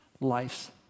life's